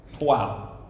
Wow